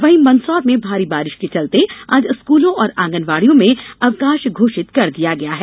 वहीं मंदसौर में भारी बारिश के चलते आज स्कूलों और आंगनबाड़ियों में अवकाश घोषित कर दिया गया है